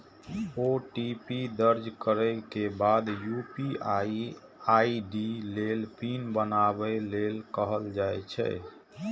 OTP दर्ज करै के बाद यू.पी.आई आई.डी लेल पिन बनाबै लेल कहल जाइ छै